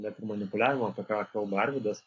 net ir manipuliavimo apie ką kalba arvydas